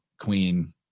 queen